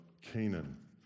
Canaan